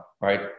right